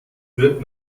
wird